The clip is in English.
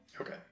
Okay